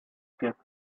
kept